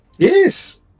Yes